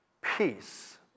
peace